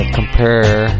compare